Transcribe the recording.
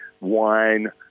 wine